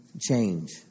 Change